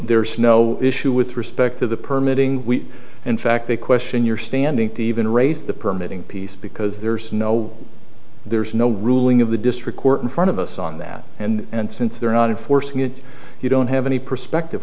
there is no issue with respect to the permit ing we in fact to question your standing to even raise the permitting piece because there's no there's no ruling of the district court in front of us on that and since they're not enforcing it you don't have any perspective